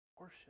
Worship